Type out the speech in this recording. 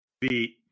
beat